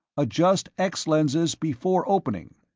adjust x lenses before opening!